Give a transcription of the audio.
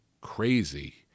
crazy